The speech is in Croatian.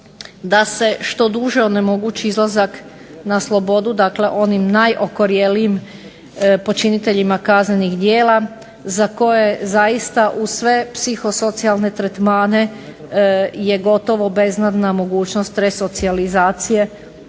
da se što duže onemogući izlazak na slobodu onim najokorjelijim počinitelja kaznenih djela za koje zaista uz sve psihosocijalne tretmane je gotovo beznadna mogućnost resocijalizacije